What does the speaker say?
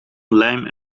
lijm